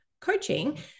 coaching